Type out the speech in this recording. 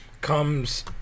comes